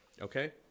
Okay